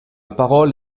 parole